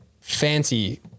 fancy